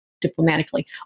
diplomatically